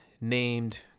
named